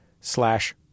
slash